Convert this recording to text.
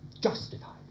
justified